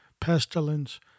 pestilence